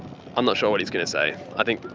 i'm not sure what he's gonna say. i think.